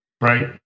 Right